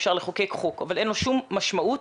אפשר לחוקק חוק, אבל אין לו שום משמעות